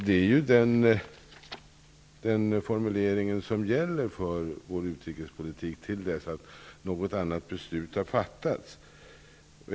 Det är den formuleringen som gäller för vår utrikespotitik till dess att något annat beslut har fattats.